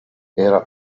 era